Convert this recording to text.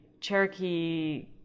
Cherokee